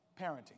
parenting